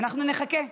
אנחנו נחכה.